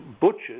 butchers